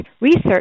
research